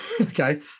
Okay